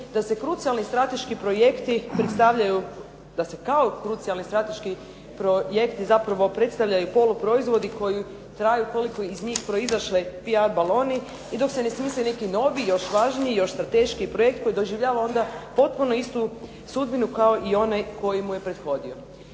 da se kao krucijalni strateški projekti zapravo predstavljaju poluproizvodi koji traju koliko iz njih proizašli PR baloni i dok se ne smisle neki noviji, još važniji, još strateškiji projekt koji doživljava onda potpuno istu sudbinu kao i onaj koji mu je prethodio.